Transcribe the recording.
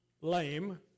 lame